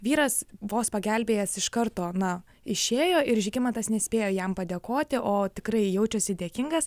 vyras vos pagelbėjęs iš karto na išėjo ir žygimantas nespėjo jam padėkoti o tikrai jaučiasi dėkingas